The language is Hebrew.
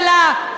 למה?